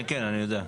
כן, כן, אני יודע.